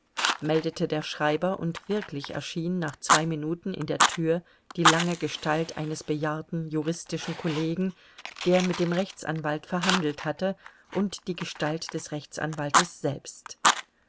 meldete der schreiber und wirklich erschien nach zwei minuten in der tür die lange gestalt eines bejahrten juristischen kollegen der mit dem rechtsanwalt verhandelt hatte und die gestalt des rechtsanwaltes selbst